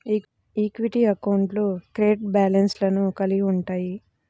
equity అకౌంట్లు credit బ్యాలెన్స్లను కలిగి ఉంటయ్యి